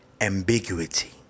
ambiguity